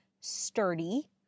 sturdy